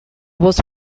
was